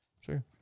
Sure